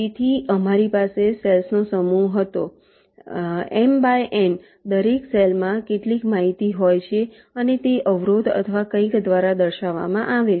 તેથી અમારી પાસે સેલ્સનો સમૂહ હતો m બાય n દરેક સેલ માં કેટલીક માહિતી હોય છે અને તે અવરોધ અથવા કંઈક દ્વારા દર્શાવવામાં આવે છે